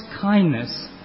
kindness